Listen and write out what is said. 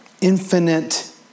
infinite